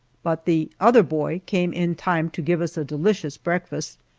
but the other boy came in time to give us a delicious breakfast,